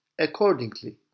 accordingly